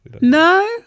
No